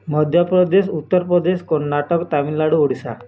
Madhya Pradesh Uttar Pradesh Karnataka Tamil Nadu Odisha